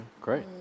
great